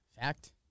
Fact